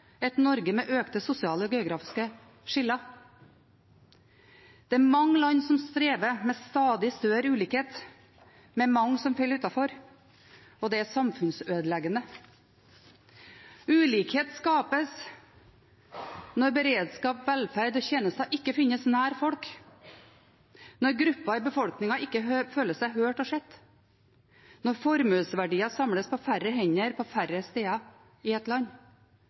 er mange land som strever med stadig større ulikhet, med mange som faller utenfor. Det er samfunnsødeleggende. Ulikhet skapes når beredskap, velferd og tjenester ikke finnes nær folk, når grupper i befolkningen ikke føler seg hørt og sett, når formuesverdier samles på færre hender og på færre steder i et land.